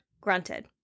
grunted